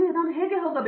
ನಾನು ಹೇಗೆ ಹೋಗಬೇಕು